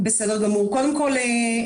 קודם כל,